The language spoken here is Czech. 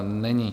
Není.